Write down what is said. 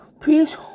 Please